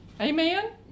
Amen